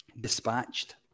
dispatched